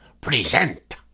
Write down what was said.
present